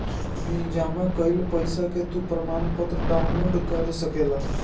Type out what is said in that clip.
अपनी जमा कईल पईसा के तू प्रमाणपत्र डाउनलोड कअ सकेला